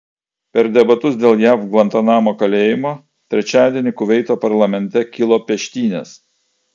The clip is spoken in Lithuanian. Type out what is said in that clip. per debatus dėl jav gvantanamo kalėjimo trečiadienį kuveito parlamente kilo peštynės